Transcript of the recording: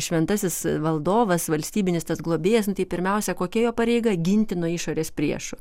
šventasis valdovas valstybinis tas globėjas nu tai pirmiausia kokia jo pareiga ginti nuo išorės priešų